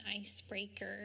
icebreaker